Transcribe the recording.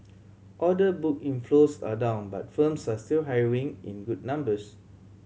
order book inflows are down but firms are still hiring in good numbers